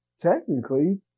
technically